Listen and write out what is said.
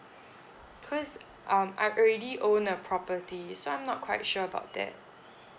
cause um I've already owned a property so I'm not quite sure about that